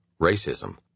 racism